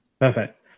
Perfect